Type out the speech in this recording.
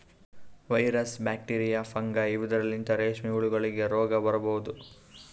virus, bacteria, fungi ಇವದ್ರಲಿಂತ್ ರೇಶ್ಮಿ ಹುಳಗೋಲಿಗ್ ರೋಗ್ ಬರಬಹುದ್